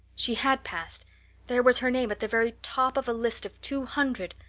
she had passed there was her name at the very top of a list of two hundred!